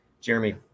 Jeremy